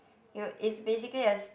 it will it's basically as